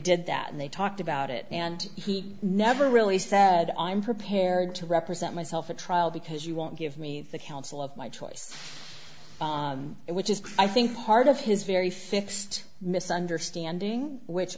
did that and they talked about it and he never really said i'm prepared to represent myself at trial because you won't give me the counsel of my choice which is i think part of his very fixed misunderstanding which